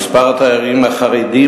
ומספר התיירים החרדים,